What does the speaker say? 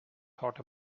thought